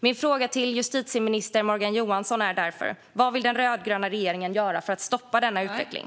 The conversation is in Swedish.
Min fråga till justitieminister Morgan Johansson är därför: Vad vill den rödgröna regeringen göra för att stoppa denna utveckling?